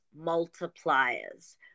multipliers